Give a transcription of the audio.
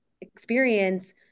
experience